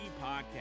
Podcast